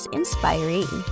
inspiring